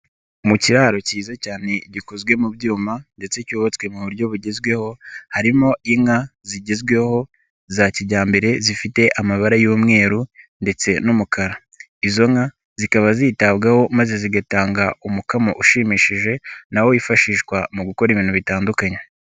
Mu kiraro cyiza cyane gikozwe mu byuma ndetse cyubatswe mu buryo bugezweho harimo inka zigezweho za kijyambere zifite amabara y'umweru ndetse n'umukara, izo nka zikaba zitabwaho maze zigatanga umukamo ushimishije na wo wifashishwa mu gukora ibintu bitandukanye.